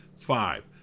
Five